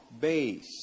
base